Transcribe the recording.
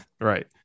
right